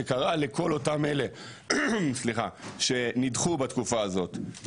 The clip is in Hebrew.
שקראה לכל אותם אלה שנדחו בתקופה הזאת,